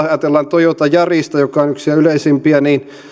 ajatellaan esimerkiksi toyota yarista joka on yksi yleisimpiä